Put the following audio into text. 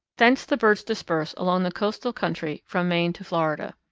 thence the birds disperse along the coastal country from maine to florida.